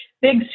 big